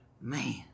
man